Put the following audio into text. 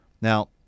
Now